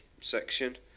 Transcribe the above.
section